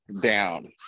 down